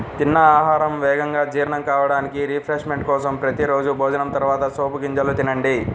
తిన్న ఆహారం వేగంగా జీర్ణం కావడానికి, రిఫ్రెష్మెంట్ కోసం ప్రతి రోజూ భోజనం తర్వాత సోపు గింజలను తినండి